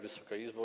Wysoka Izbo!